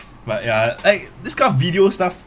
but ya like this kind of video stuff